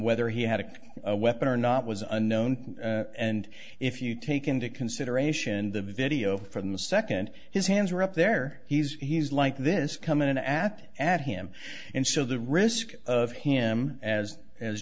whether he had a weapon or not was unknown and if you take into consideration the video from the second his hands were up there he's he's like this come in an apt at him and so the risk of him as as